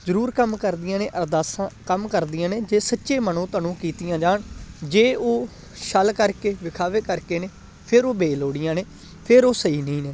ਜ਼ਰੂਰ ਕੰਮ ਕਰਦੀਆਂ ਨੇ ਅਰਦਾਸਾਂ ਕੰਮ ਕਰਦੀਆਂ ਨੇ ਜੇ ਸੱਚੇ ਮਨੋ ਧਨੋ ਕੀਤੀਆਂ ਜਾਣ ਜੇ ਉਹ ਛਲ ਕਰਕੇ ਦਿਖਾਵੇ ਕਰਕੇ ਨੇ ਫਿਰ ਉਹ ਬੇਲੋੜੀਆਂ ਨੇ ਫਿਰ ਉਹ ਸਹੀ ਨਹੀਂ ਨੇ